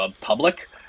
public